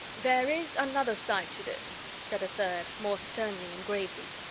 there is another side to this, said a third, more sternly and gravely.